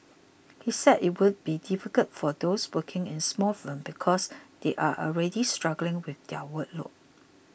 he said it would be difficult for those working in small firms because they are already struggling with their workload